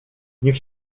niech